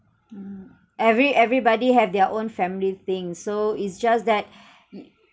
um every everybody have their own family thing so it's just that